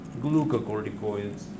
glucocorticoids